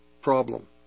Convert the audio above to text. problem